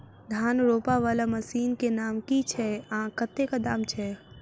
धान रोपा वला मशीन केँ नाम की छैय आ कतेक दाम छैय?